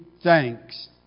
thanks